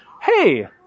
Hey